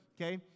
okay